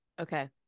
Okay